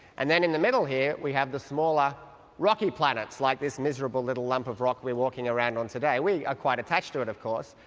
and then in the middle here we have the small um rocky planets like this miserable little lump of rock we're walking around on today. we are quite attached to it, of course,